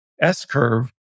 S-curve